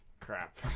Crap